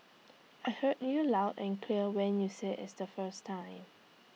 I heard you loud and clear when you said is the first time